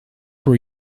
were